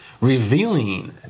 revealing